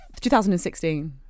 2016